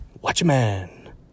Watchmen